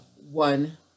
one